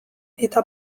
eta